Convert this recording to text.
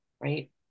right